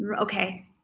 um okay,